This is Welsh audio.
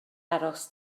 aros